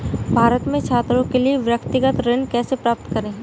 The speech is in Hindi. भारत में छात्रों के लिए व्यक्तिगत ऋण कैसे प्राप्त करें?